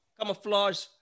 Camouflage